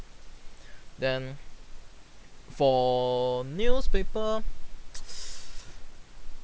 then for newspaper